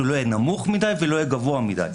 שהוא לא יהיה נמוך מדי ולא יהיה גבוה מדי,